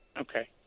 okay